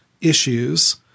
issues